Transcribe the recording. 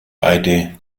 beide